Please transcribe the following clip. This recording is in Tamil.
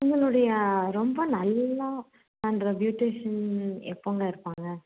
உங்களுடைய ரொம்ப நல்லா பண்ணுற ப்யூட்டிஷியன் எப்போங்க இருப்பாங்க